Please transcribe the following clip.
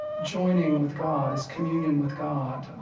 joining with god, as communion with god,